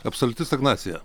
absoliuti stagnacija